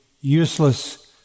useless